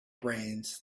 brains